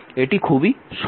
এটি খুবই সহজ